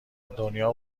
دنیا